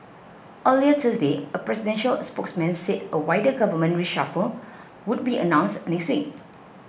earlier Thursday a presidential spokesman said a wider government reshuffle would be announced next week